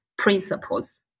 principles